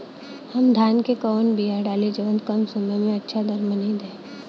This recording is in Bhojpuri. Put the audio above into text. हम धान क कवन बिया डाली जवन कम समय में अच्छा दरमनी दे?